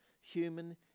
human